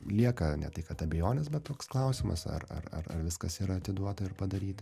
lieka ne tai kad abejonės bet toks klausimas ar ar ar ar viskas yra atiduota ir padaryta